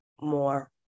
more